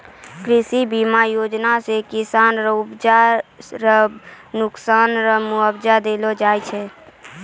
कृषि बीमा योजना से किसान के उपजा रो नुकसान रो मुआबजा देलो जाय छै